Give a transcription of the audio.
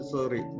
Sorry